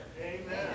Amen